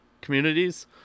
communities